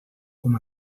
com